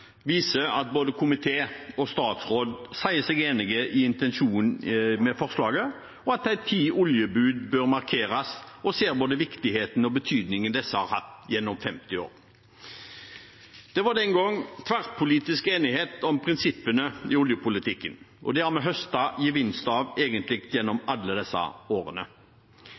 viser at både komiteen og statsråden sier seg enig i intensjonen i forslaget om at de ti oljebud bør markeres, og at en ser både viktigheten og betydningen disse har hatt gjennom 50 år. Det var den gang tverrpolitisk enighet om prinsippene i oljepolitikken, og det har vi høstet gevinster av egentlig gjennom alle disse årene.